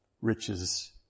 riches